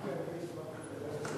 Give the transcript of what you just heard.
לנושא הזה.